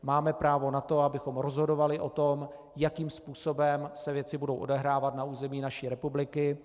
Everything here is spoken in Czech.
Máme právo na to, abychom rozhodovali o tom, jakým způsobem se věci budou odehrávat na území naší republiky.